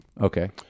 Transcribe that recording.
Okay